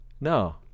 No